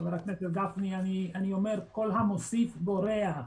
חבר הכנסת גפני, אני אומר שכל המוסיף גורע.